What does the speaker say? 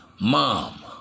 mom